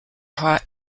hot